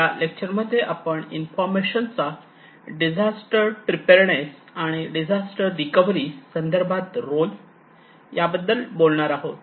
या लेक्चरमध्ये आपण इन्फॉर्मेशन चा डिझास्टर प्रीपेअर्डनेस आणि डिझास्टर रिकव्हरी संदर्भात रोल याबद्दल बोलणार आहोत